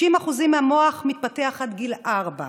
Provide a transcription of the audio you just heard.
90% מהמוח מתפתח עד גיל ארבע,